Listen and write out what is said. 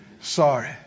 Sorry